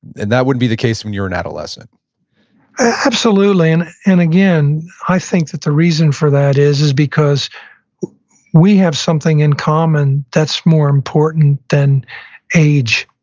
and that wouldn't be the case when you're an adolescent absolutely. and again, i think that the reason for that is, is because we have something in common that's more important than age.